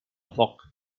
foc